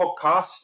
podcast